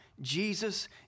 Jesus